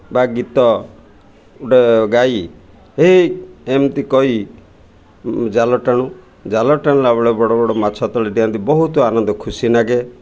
ବା ଗୀତ ଗୋଟେ ଗାଇ ହେ' ଏମିତି କହି ଜାଲ ଟାଣୁ ଜାଲ ଟାଣିଲା ବେଳେ ବଡ଼ ବଡ଼ ମାଛ ତଳେ ଡିଁଅନ୍ତି ବହୁତ ଆନନ୍ଦ ଖୁସି ଲାଗେ